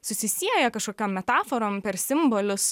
susisieja kažkokiom metaforom per simbolius